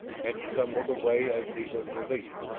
and stumbled away as he was released.